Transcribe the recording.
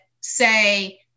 say